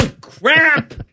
crap